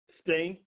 Sting